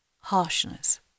harshness